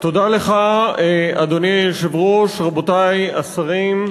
אדוני היושב-ראש, תודה לך, רבותי השרים,